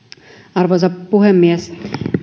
arvoisa puhemies